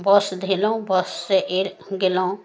बस धेलहुॅं बस से फेर गेलहुॅं